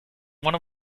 one